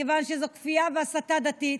כיוון שזו כפייה והסתה דתית,